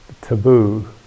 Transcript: taboo